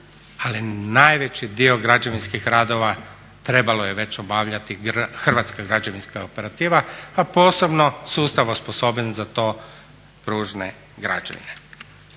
ali najveći dio građevinskih radova trebalo je već obavljati hrvatska građevinska operativa a posebno sustav osposobljen za to, pružne građevine.